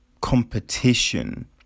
competition